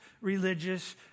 religious